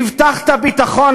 הבטחת ביטחון,